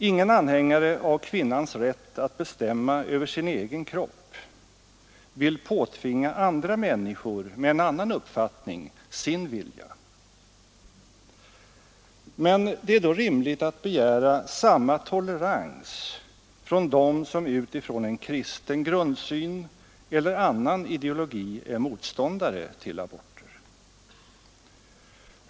Ingen anhängare av kvinnans rätt att bestämma över sin egen kropp vill påtvinga andra människor med en annan uppfattning sin vilja. Men det är då rimligt att begära samma tolerans från dem som utifrån en kristen grundsyn eller annan ideologi är motståndare till aborter.